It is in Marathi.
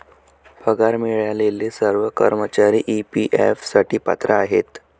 पगार मिळालेले सर्व कर्मचारी ई.पी.एफ साठी पात्र आहेत